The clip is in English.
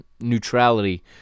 neutrality